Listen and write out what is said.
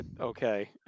Okay